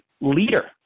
leader